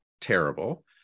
terrible